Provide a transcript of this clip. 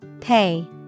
Pay